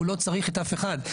הוא לא צריך את אף אחד.